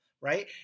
right